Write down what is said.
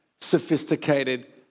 Sophisticated